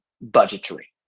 budgetary